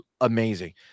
amazing